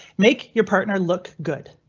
make your partner look good.